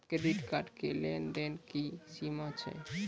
Credit card के लेन देन के की सीमा छै?